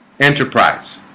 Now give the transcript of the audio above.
enterprise